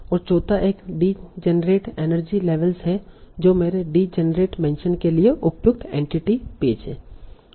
और चौथा एक डीजेनेरेट एनर्जी लेवेल्स है जो मेरे डीजेनेरेट मेंशन के लिए उपयुक्त एंटिटी पेज है